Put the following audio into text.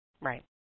right